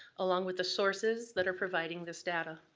along with the sources that are providing this data.